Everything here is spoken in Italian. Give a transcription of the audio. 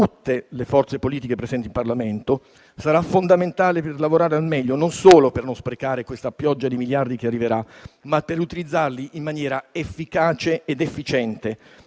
le forze politiche presenti in Parlamento - saranno fondamentali per lavorare al meglio, e non solo per non sprecare la pioggia di miliardi che arriverà, ma anche per utilizzarla in maniera efficace ed efficiente,